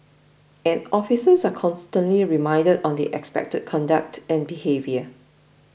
and officers are constantly reminded on the expected conduct and behaviour